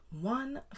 one